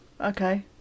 okay